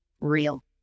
real